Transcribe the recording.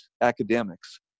academics